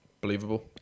believable